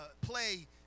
play